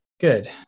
Good